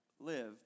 Live